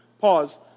pause